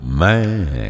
man